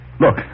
Look